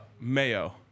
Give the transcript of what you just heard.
Mayo